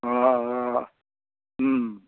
অঁ অঁ